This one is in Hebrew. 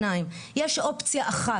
ישי,